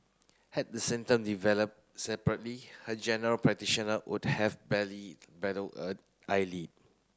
had the symptom developed separately her general practitioner would have barely battle a eyelid